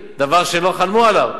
דבר שלא חלמו עליו.